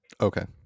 Okay